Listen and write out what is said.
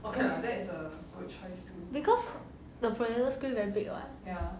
because the projector screen very big [what]